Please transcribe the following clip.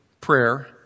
prayer